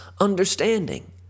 understanding